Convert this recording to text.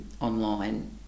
online